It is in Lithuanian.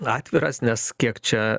atviras nes kiek čia